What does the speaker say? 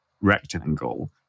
rectangle